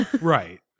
Right